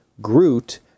Groot